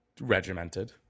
regimented